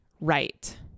right